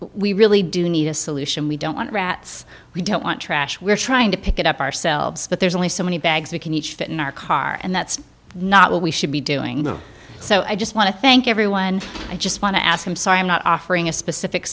we really do need a solution we don't want rats we don't want trash we're trying to pick it up ourselves but there's only so many bags we can each fit in our car and that's not what we should be doing so i just want to thank everyone i just want to ask them so i am not offering a specific